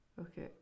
Okay